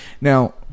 Now